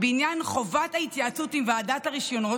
בעניין חובת ההתייעצות עם ועדת הרישיונות,